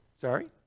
Sorry